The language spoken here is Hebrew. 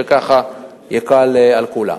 וככה יקל על כולם.